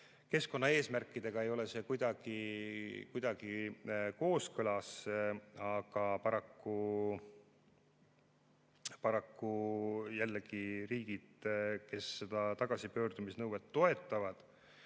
keskkonnaeesmärkidega ei ole see kuidagi kooskõlas, aga paraku jällegi riigid, kes seda tagasipöördumise nõuet toetavad,